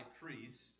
priest